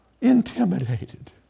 intimidated